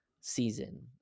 season